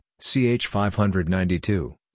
CH-592